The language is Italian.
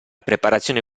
preparazione